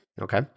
Okay